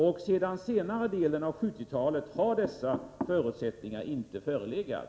Sedan senare delen av 1970-talet har dessa förutsättningar inte förelegat.